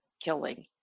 killing